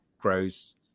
grows